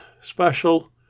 special